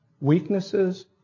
weaknesses